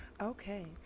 okay